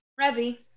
Revy